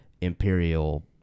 Imperial